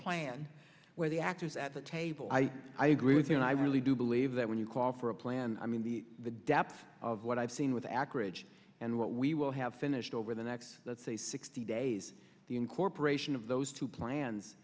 plan where the actors at the table i i agree with you and i really do believe that when you call for a plan i mean the the depth of what i've seen with ak ridge and what we will have finished over the next let's say sixty day the incorporation of those two plans